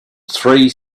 three